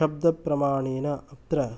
शब्दप्रमाणेन अत्र